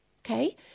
Okay